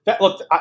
Look